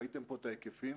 ראיתם פה את ההיקפים,